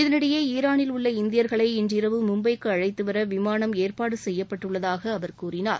இதனிடையே ஈரானில் உள்ள இந்தியர்களை இன்றிரவு மும்பைக்கு அழழத்துவர விமானம் ஏற்பாடு செய்யப்பட்டுள்ளதாக அவர் கூறினார்